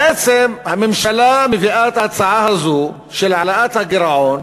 בעצם הממשלה מביאה את ההצעה הזו להעלאת הגירעון